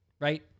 right